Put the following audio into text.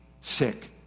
sick